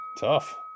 tough